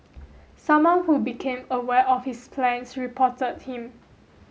someone who became aware of his plans reported him